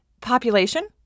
Population